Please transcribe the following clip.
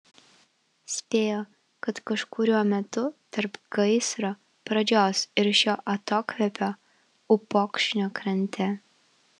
spėjo kad kažkuriuo metu tarp gaisro pradžios ir šio atokvėpio upokšnio krante